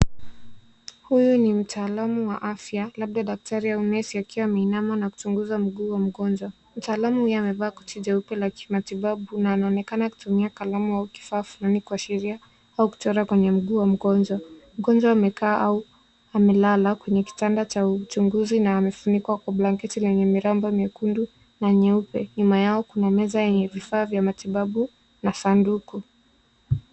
Huyu ni mtaalamu wa afya labda daktari au nesi akiwa ameinama na kuchunguza mguu wa mgonjwa. Mtaalamu huyu amevaa koti jeupe la kimatibabu na anaonekana kutumia kalamu au kifaa fulani kuashiria au kuchora kwenye mguu wa mgonjwa. Mgonjwa amekaa au amelala kwenye kitanda cha uchunguzi na amefunikwa kwa blanketi lenye miraba miekundu na nyeupe. Nyuma yao kuna meza yenye vifaa vya matibabu na sanduku.